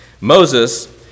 Moses